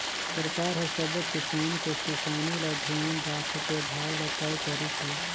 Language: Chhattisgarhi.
सरकार हर सबो किसान के किसानी ल धियान राखके भाव ल तय करिस हे